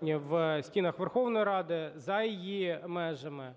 в стінах Верховної Ради, за її межами.